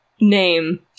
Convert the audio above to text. name